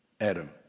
Adam